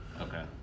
Okay